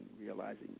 realizing